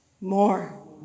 more